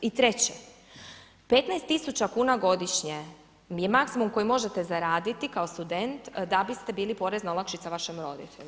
I treće, 15 tisuća kuna godišnje mi je maksimum koji možete zaraditi kao student da biste bili porezna olakšica vašem roditelju.